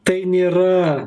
tai nėra